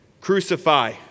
Crucify